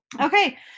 Okay